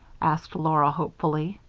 asked laura, hopefully.